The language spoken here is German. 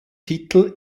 titel